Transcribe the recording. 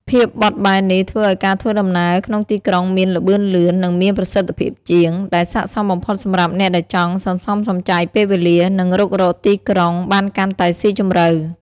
ភាពបត់បែននេះធ្វើឱ្យការធ្វើដំណើរក្នុងទីក្រុងមាន ល្បឿនលឿន និងមានប្រសិទ្ធភាពជាង ដែលស័ក្តិសមបំផុតសម្រាប់អ្នកដែលចង់សន្សំសំចៃពេលវេលា និងរុករកទីក្រុងបានកាន់តែស៊ីជម្រៅ។